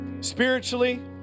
Spiritually